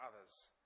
others